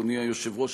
אדוני היושב-ראש,